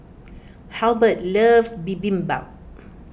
Halbert loves Bibimbap